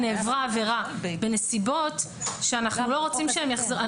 נעברה עבירה בנסיבות שאנחנו לא רוצים שהם יחזרו.